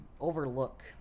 overlook